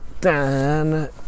Dan